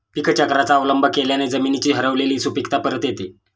पीकचक्राचा अवलंब केल्याने जमिनीची हरवलेली सुपीकता परत येते